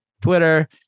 Twitter